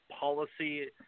policy